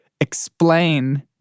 explain